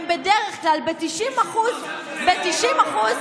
הם בדרך כלל ב-90% מישהו חושב,